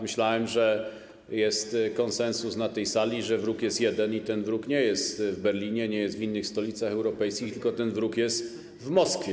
Myślałem, że jest konsensus na tej sali, że wróg jest jeden i ten wróg nie jest w Berlinie, nie jest w innych stolicach europejskich, tylko ten wróg jest w Moskwie.